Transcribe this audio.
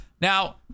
Now